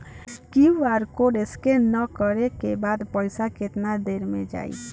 QR code scan करे क बाद पइसा केतना देर म जाई?